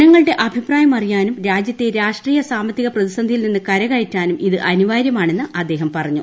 ജനങ്ങളുടെ അഭിപ്രായം അ ിയാനും രാജ്യത്തെ രാഷ്ട്രീയ സാമ്പത്തിക പ്രതിസന്ധിയിൽ നിന്ന് കരകയറ്റാനും ഇത് അനിവാര്യമാണെന്ന് അദ്ദേഹം പറഞ്ഞു